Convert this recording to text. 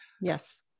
yes